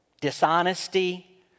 dishonesty